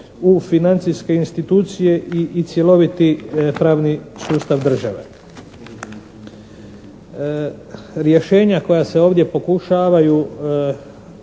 u financijske institucije i cjeloviti pravni sustav države. Rješenja koja se ovdje pokušavaju